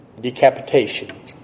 decapitation